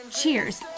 cheers